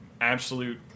absolute